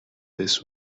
this